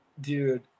dude